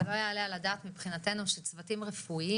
ולא יעלה על הדעת מבחינתנו שצוותים רפואיים,